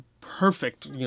perfect